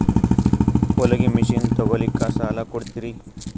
ಹೊಲಗಿ ಮಷಿನ್ ತೊಗೊಲಿಕ್ಕ ಸಾಲಾ ಕೊಡ್ತಿರಿ?